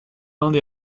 inde